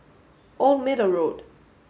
Old Middle Road